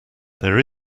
there